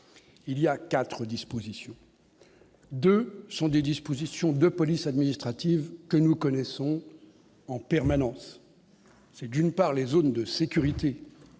il y a 4 dispositions de sont des dispositions de police administrative que nous connaissons en permanence, c'est d'une part, les zones de sécurité